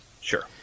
Sure